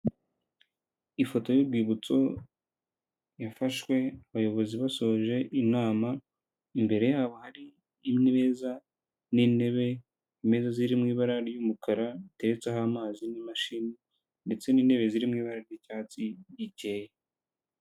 Ifoto y'urwibutso yafashwe abayobozi basoje inama, imbere yabo hari imeza n'intebe, imeza ziri mu ibara ry'umukara, zitetseho amazi n'imashini ndetse n'intebe ziri mu ibara ry'icyatsi gikeye.